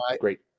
great